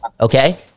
Okay